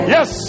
Yes